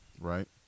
Right